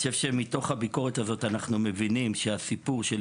אני חושב שמתוך הביקורת אנחנו מבינים שהסיפור של